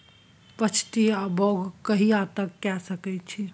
पछात बौग कहिया तक के सकै छी?